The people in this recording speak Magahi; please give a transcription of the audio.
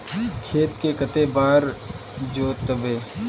खेत के कते बार जोतबे?